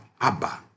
Abba